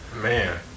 Man